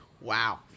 Wow